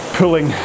pulling